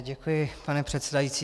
Děkuji, pane předsedající.